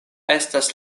estas